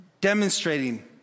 demonstrating